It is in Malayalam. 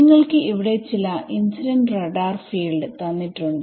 നിങ്ങൾക്ക് ഇവിടെ ചില ഇൻസിഡന്റ് റഡാർ ഫീൽഡ്തന്നിട്ടുണ്ട്